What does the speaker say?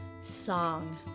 song